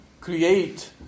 create